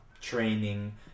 training